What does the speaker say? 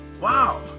Wow